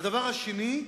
הדבר השני,